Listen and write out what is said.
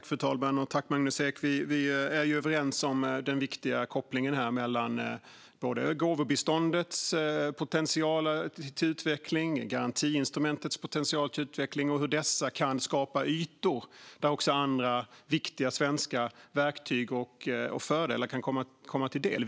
Fru talman och Magnus Ek! Vi är överens om den viktiga kopplingen mellan både gåvobiståndets potential till utveckling och garantiinstrumentets potential till utveckling och hur dessa kan skapa ytor där också andra viktiga svenska verktyg och fördelar kan vara en del.